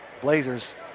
Blazers